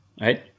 right